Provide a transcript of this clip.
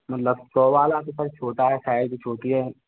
मतलब सौ वाला तो सर छोटा है साइज़ छोटी है